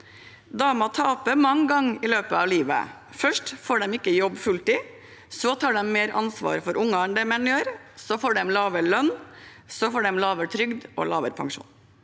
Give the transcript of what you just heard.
Damer taper mange ganger i løpet av livet. Først får de ikke jobbe fulltid, så tar de mer ansvar for unger enn det menn gjør, så får de lavere lønn, så får de lavere trygd og lavere pensjon.